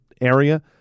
area